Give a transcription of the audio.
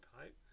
pipe